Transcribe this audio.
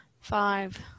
five